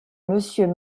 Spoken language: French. monsieur